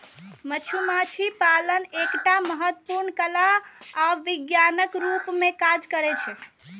मधुमाछी पालन एकटा महत्वपूर्ण कला आ विज्ञानक रूप मे काज करै छै